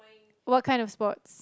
what kind of sports